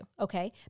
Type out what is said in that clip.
okay